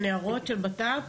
הערות של המשרד לביטחון פנים.